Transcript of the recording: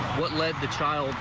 what led the child.